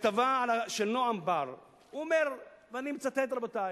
כתבה של נועם בר, הוא אומר, ואני מצטט, רבותי,